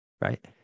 Right